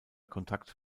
kontakt